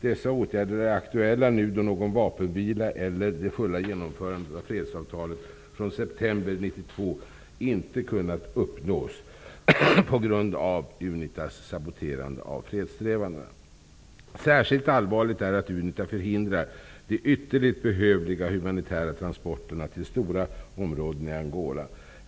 Dessa åtgärder är nu aktuella då någon vapenvila, eller det fulla genomförandet av fredsavtalet från september 1992, inte kunnat uppnås på grund av UNITA:s saboterande av fredssträvandena. Särskilt allvarligt är att UNITA förhindrar de ytterligt behövliga humanitära transporterna till stora områden i Angola.